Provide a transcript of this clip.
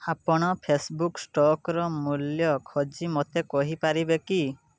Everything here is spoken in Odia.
ଆପଣ ଫେସବୁକ୍ ଷ୍ଟକର ମୂଲ୍ୟ ଖୋଜି ମୋତେ କହିପାରିବେ କି